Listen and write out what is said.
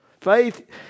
Faith